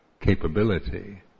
capability